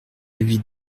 avis